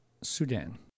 Sudan